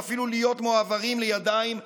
ואפילו להיות מועברים לידיים אחרות.